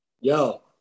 Yo